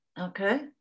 okay